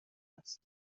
است